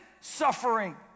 suffering